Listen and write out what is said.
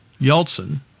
Yeltsin